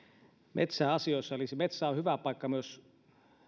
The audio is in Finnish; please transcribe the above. metsäasioissa metsä on hyvä paikka myös